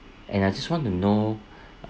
and I just want to know